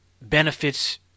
benefits